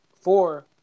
four